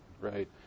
right